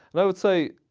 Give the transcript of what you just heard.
like would say,